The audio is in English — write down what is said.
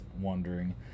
wondering